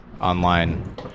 online